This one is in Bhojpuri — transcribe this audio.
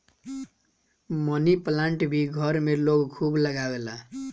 मनी प्लांट भी घर में लोग खूब लगावेला